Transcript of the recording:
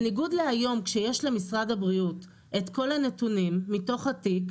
בניגוד להיום שיש למשרד הבריאות את כל הנתונים מתוך התיק,